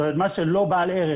מה שלא בעל ערך,